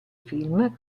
film